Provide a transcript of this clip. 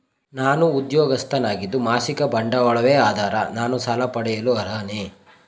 ನಾನು ಉದ್ಯೋಗಸ್ಥನಾಗಿದ್ದು ಮಾಸಿಕ ಸಂಬಳವೇ ಆಧಾರ ನಾನು ಸಾಲ ಪಡೆಯಲು ಅರ್ಹನೇ?